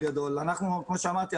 בגדול: כפי שאמרתי,